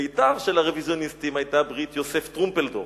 בית"ר של הרוויזיוניסטים היתה ברית יוסף טרומפלדור,